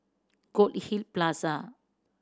Goldhill Plaza